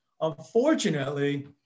Unfortunately